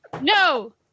No